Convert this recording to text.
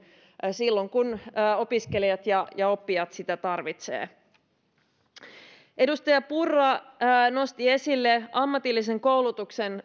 silloin kun opiskelijat ja ja oppijat sitä tarvitsevat edustaja purra nosti esille ammatillisen koulutuksen